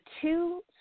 two